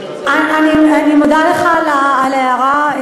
אני מודה לך על ההערה,